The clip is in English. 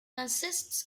consists